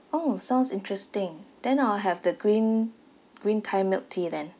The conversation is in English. orh sounds interesting then I'll have the green green thai milk tea then